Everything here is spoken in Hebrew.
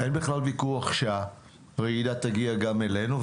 אין בכלל ויכוח שהרעידה תגיע גם אלינו,